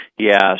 Yes